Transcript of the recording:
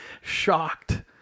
shocked